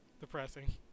depressing